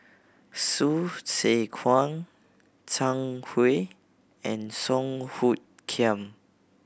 Hsu Tse Kwang Zhang Hui and Song Hoot Kiam